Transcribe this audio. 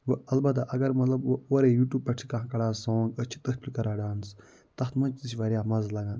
وٕ البتہ اگر وٕ اورٕے یوٗٹیوٗب پٮ۪ٹھ چھِ کانٛہہ کڑان سانٛگ أسۍ چھِ تٔتھۍ پٮ۪ٹھ کران ڈانَس تَتھ منٛز تہِ چھِ واریاہ مَزٕ لگان